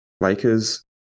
Lakers